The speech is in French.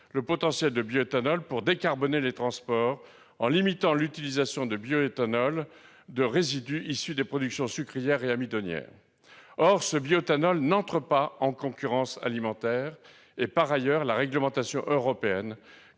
le potentiel de bioéthanol pour décarboner les transports, en limitant l'utilisation de bioéthanol de résidus issus des productions sucrières et amidonnières. Or ce bioéthanol n'entre pas en concurrence alimentaire. Par ailleurs, la réglementation européenne